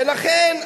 ולכן,